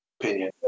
Opinion